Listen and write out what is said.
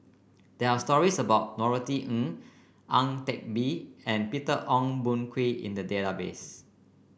there are stories about Norothy Ng Ang Teck Bee and Peter Ong Boon Kwee in the database